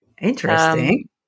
Interesting